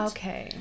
Okay